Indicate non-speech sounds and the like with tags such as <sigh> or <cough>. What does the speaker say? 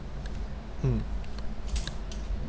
<noise> mm